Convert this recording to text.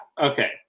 Okay